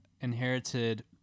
inherited